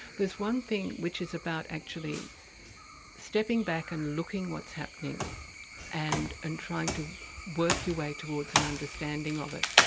there's one thing which is about actually stepping back and looking what's happening and and trying to work your way towards an understanding of it.